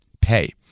pay